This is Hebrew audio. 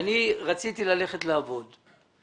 שאני רציתי ללכת לעבוד.